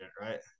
right